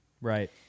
Right